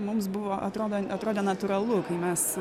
mums buvo atrodo atrodė natūralu kai mes